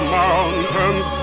mountains